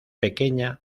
pequeña